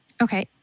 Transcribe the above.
Okay